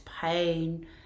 pain